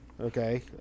Okay